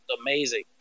amazing